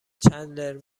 چندلر